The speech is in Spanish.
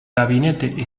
gabinete